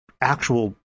actual